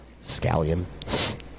Scallion